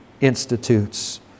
institutes